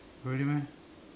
really meh